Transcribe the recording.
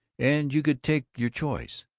and you could take your choice.